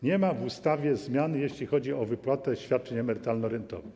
Nie ma w ustawie zmian, jeśli chodzi o wypłatę świadczeń emerytalno-rentowych.